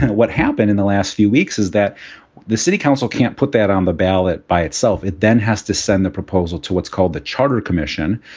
what happened in the last few weeks is that the city council can't put that on the ballot by itself. it then has to send the proposal to what's called the charter commission,